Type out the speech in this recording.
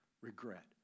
regret